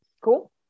Cool